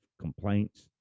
complaints